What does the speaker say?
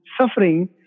suffering